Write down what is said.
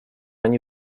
они